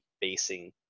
basing